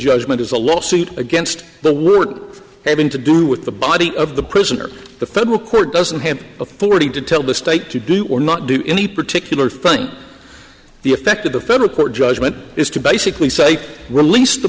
judgment is a lawsuit against the we're having to do with the body of the prisoner the federal court doesn't have authority to tell the state to do or not do any particular thing the effect of the federal court judgment is to basically say release